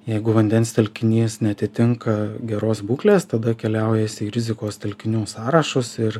jeigu vandens telkinys neatitinka geros būklės tada keliauja jis į rizikos telkinių sąrašus ir